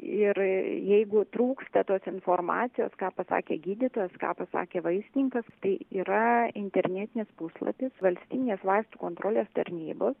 ir jeigu trūksta tos informacijos ką pasakė gydytojas ką pasakė vaistininkas tai yra internetinis puslapis valstybinės vaistų kontrolės tarnybos